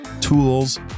tools